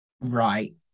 right